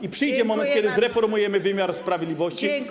I przyjdzie moment, kiedy zreformujemy wymiar sprawiedliwości.